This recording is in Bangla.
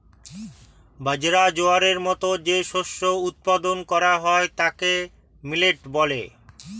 বাজরা, জোয়ারের মতো যে শস্য উৎপাদন করা হয় তাকে মিলেট বলে